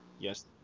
yes